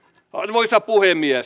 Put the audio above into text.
arvoisa puhemies